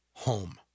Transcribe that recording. home